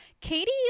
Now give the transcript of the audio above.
Katie